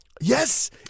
yes